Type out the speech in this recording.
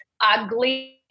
ugly